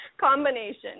Combination